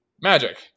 Magic